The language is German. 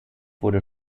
wurde